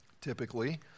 typically